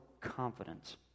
confidence